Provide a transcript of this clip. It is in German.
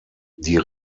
die